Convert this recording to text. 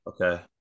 Okay